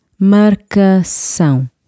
Marcação